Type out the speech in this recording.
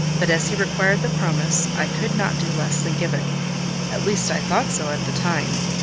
but as he required the promise, i could not do less than give it at least i thought so at the time.